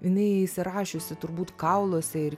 jinai įsirašiusi turbūt kauluose ir